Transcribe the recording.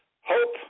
hope